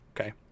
Okay